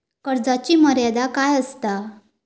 कर्जाची मर्यादा काय असता?